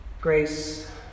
Grace